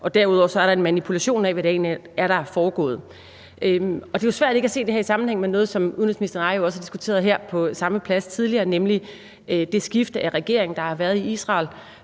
Og derudover er der en manipulation af, hvad det egentlig er, der er foregået. Det er jo svært ikke at se det her i sammenhæng med noget, som udenrigsministeren og jeg jo også har diskuteret her på samme plads tidligere, nemlig det skifte af regering, der har været i Israel,